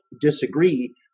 disagree